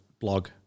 blog